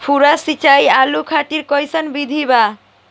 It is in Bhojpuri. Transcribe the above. फुहारा सिंचाई आलू खातिर कइसन विधि बा?